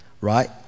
right